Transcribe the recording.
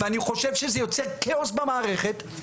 אני חושב שזה יוצר כאוס במערכת,